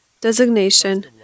designation